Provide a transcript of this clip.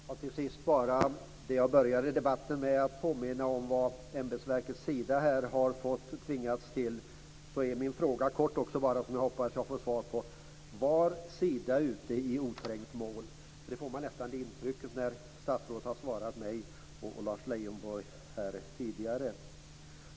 Fru talman! Till sist vill jag bara påminna om det som jag började debatten med, nämligen vad ämbetsverket Sida har tvingats till. Jag har en kort fråga som jag hoppas att jag får svar på: Var Sida ute i oträngt mål? Man får nästan det intrycket när statsrådet svarade mig och tidigare Lars Leijonborg.